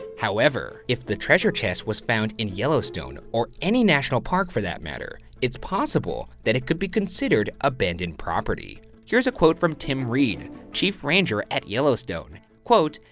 however, if the treasure chest was found in yellowstone, or any national park for that matter, it's possible that it could be considered abandoned property. here's a quote from tim reid, chief ranger at yellowstone. quote,